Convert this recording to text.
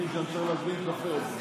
אני מבין שאפשר להזמין קפה.